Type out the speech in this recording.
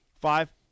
Five